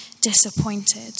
disappointed